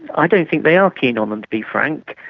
i don't think they are keen on them, to be frank,